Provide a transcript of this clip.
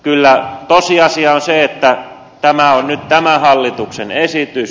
kyllä tosiasia on se että tämä on nyt tämän hallituksen esitys